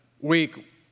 week